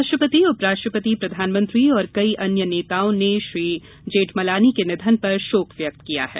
राष्ट्रपति उप राष्ट्रपति प्रधानमंत्री और कई अन्य नेताओं ने राम जेठमलानी के निधन पर शोक व्यक्त किया है